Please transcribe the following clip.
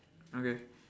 okay